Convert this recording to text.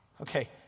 Okay